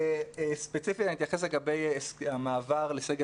ספציפית אני אתייחס לגבי המעבר לסגל